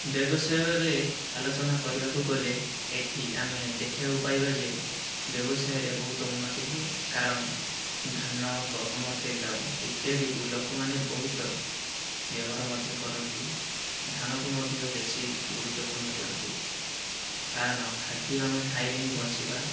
ବ୍ୟବସାୟରେ ଆଲୋଚନା କରିବାକୁ ଗଲେ ଏଠି ଆମେ ଦେଖିବାକୁ ପାଇବା ଯେ ବ୍ୟବସାୟରେ ବହୁତ ଉନ୍ନତି ହୁଏ କାରଣ ଧାନ ଗହମ ତେଲ ଇତ୍ୟାଦିକୁ ଲୋକମାନେ ବହୁତ ବ୍ୟବହାର ମଧ୍ୟ କରନ୍ତି ଧାନକୁ ମଧ୍ୟ ବେଶି ଗୁରୁତ୍ଵପୂର୍ଣ୍ଣ ଦିଅନ୍ତି କାରଣ ଖାଦ୍ୟ ଆମେ ଖାଇଲେ ହିଁ ବଞ୍ଚିବା